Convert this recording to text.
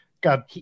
God